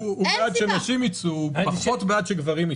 הוא בעד שנשים יצאו, הוא פחות בעד שגברים יצאו.